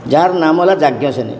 ଯାହାର ନାମ ହେଲା ଯାଜ୍ଞସେନୀ